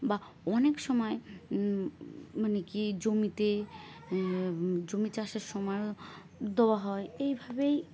বা অনেক সময় মানে কি জমিতে জমি চাষের সময়ও দেওয়া হয় এইভাবেই